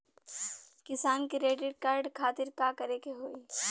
किसान credit card खातिर का करे के होई?